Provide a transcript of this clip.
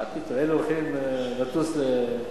מה פתאום, היינו הולכים לטוס, לרודוס.